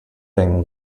thing